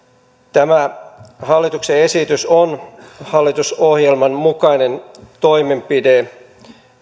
tämä hallituksen esitys on hallitusohjelman mukainen toimenpide